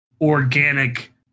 organic